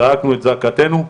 זעקנו את זעקתנו.